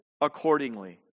accordingly